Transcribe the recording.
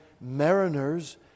mariners